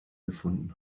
gefunden